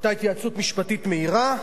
היתה התייעצות משפטית מהירה,